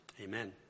Amen